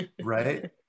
right